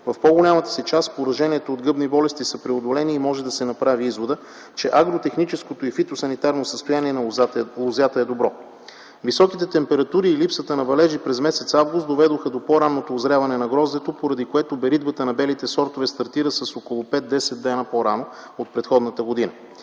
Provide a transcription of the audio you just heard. в по-голямата си част пораженията от гъбни болести са преодолени и може да се направи изводът, че агротехническото и фитосанитарното състояние по лозята е добро. Високите температури и липсата на валежи през м. август доведоха до по-ранното узряване на гроздето, поради което беритбата на белите сортове стартира с около 5-10 дни по-рано от предходната година.